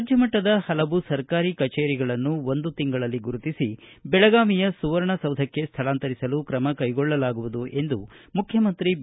ರಾಜ್ಯಮಟ್ಷದ ಪಲವು ಸರ್ಕಾರಿ ಕಚೇರಿಗಳನ್ನು ಒಂದು ತಿಂಗಳಲ್ಲಿ ಗುರುತಿಸಿ ಬೆಳಗಾವಿಯ ಸುವರ್ಣಸೌಧಕ್ಷೆ ಸ್ವಳಾಂತರಿಸಲು ಕ್ರಮ ಕೈಗೊಳ್ಳಲಾಗುವುದು ಎಂದು ಮುಖ್ಯಮಂತ್ರಿ ಬಿ